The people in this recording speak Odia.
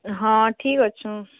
ହଁ ଠିକ୍ ଅଛୁଁ